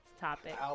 topic